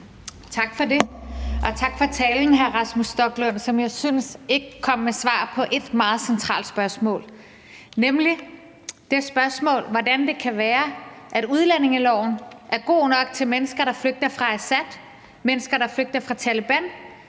Tak for det, og tak for talen, hr. Rasmus Stoklund, som jeg synes ikke kom med svar på ét meget centralt spørgsmål, nemlig spørgsmålet om, hvordan det kan være, at udlændingeloven er god nok til mennesker, der flygter fra Assad, og mennesker, der flygter fra Taleban,